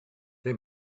they